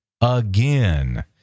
again